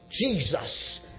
Jesus